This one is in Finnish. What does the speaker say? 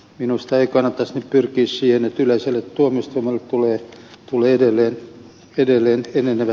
minusta ei kannattaisi nyt pyrkiä siihen että yleiselle tuomioistuimelle tulee edelleen enenevästi juttuja